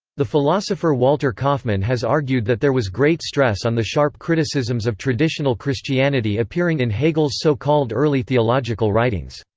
the philosopher walter kaufmann has argued that there was great stress on the sharp criticisms of traditional christianity appearing in hegel's so-called early theological writings.